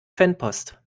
fanpost